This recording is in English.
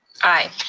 aye.